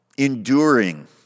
enduring